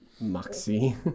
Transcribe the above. Moxie